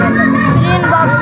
ऋण वापसी?